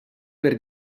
per